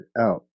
out